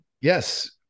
Yes